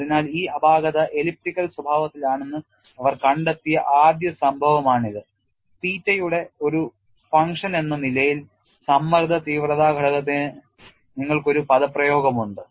അതിനാൽ ഈ അപാകത എലിപ്റ്റിക്കൽ സ്വഭാവത്തിലാണെന്ന് അവർ കണ്ടെത്തിയ ആദ്യ സംഭവമാണിത് തീറ്റയുടെ ഒരു പ്രവർത്തനമെന്ന നിലയിൽ സമ്മർദ്ദ തീവ്രത ഘടകത്തിന് നിങ്ങൾക്ക് ഒരു പദപ്രയോഗമുണ്ട്